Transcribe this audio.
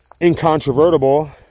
Incontrovertible